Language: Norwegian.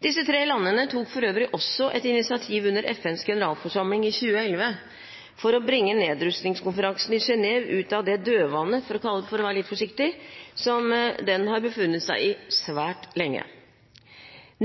Disse tre landene tok for øvrig også et initiativ under FNs generalforsamling i 2011 for å bringe nedrustningskonferansen i Genève ut av det dødvanne – for å si det litt forsiktig – som den har befunnet seg i svært lenge.